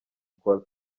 cola